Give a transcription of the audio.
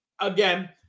again